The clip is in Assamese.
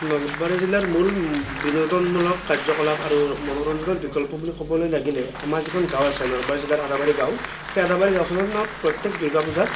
নলবাৰী জিলাৰ মূল বিনোদনমূলক কাৰ্যকলাপ আৰু মনোৰঞ্জনৰ বিকল্প বুলি ক'বলৈ লাগিলে আমাৰ যিখন গাঁও আছে নলবাৰী জিলাৰ আদাবাৰী গাঁও সেই আদাবাৰী গাঁওখনত প্ৰত্যেক দুৰ্গাপূজাত